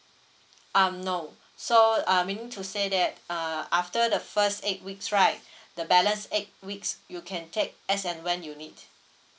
um no so uh meaning to say that uh after the first eight weeks right the balance eight weeks you can take as and when you need